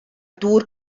dŵr